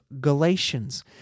Galatians